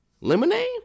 lemonade